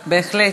בהחלט.